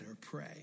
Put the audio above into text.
pray